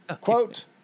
Quote